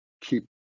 keep